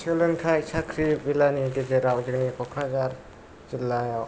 सोलोंथाय साख्रि बेलानि गेजेराव जोंनि कक्राझार जिल्लायाव